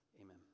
amen